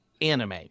anime